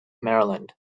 maryland